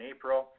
April